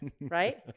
right